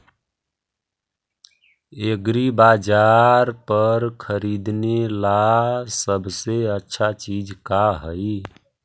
एग्रीबाजार पर खरीदने ला सबसे अच्छा चीज का हई?